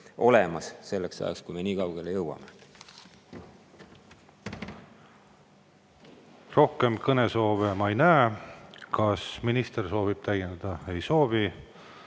olemas selleks ajaks, kui me nii kaugele jõuame. Rohkem kõnesoove ma ei näe. Kas minister soovib täiendada? Ei soovi.